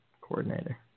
coordinator